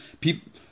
people